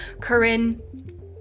Corinne